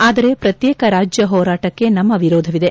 ಆದರೆ ಪ್ರತ್ನೇಕ ರಾಜ್ಯ ಹೋರಾಟಕ್ಕೆ ನಮ್ನ ವಿರೋಧವಿದೆ